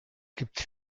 gibt